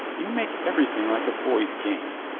you make everything like a boy's game.